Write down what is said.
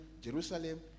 Jerusalem